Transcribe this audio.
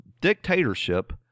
dictatorship